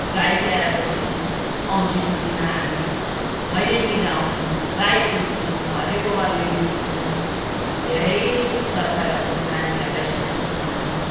गाई तिहारको दिन औँसीको दिन हामी भैलेनी गाउँछौँ गाई पुज्छौँ हरियो गोबरले लिप्छौँ धेरै संस्कारहरू नानीहरूलाई सिकाउँछौँ हामी